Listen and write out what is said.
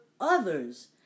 others